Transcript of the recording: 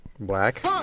black